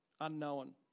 unknown